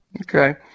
Okay